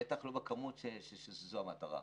בטח לא בכמות שזו המטרה.